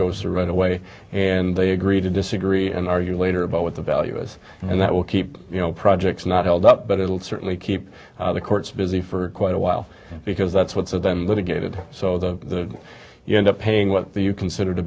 goes to run away and they agree to disagree and argue later about what the value is and that will keep projects not held up but it will certainly keep the courts busy for quite a while because that's what's so then litigated so the you end up paying what you consider to